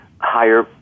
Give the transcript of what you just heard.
higher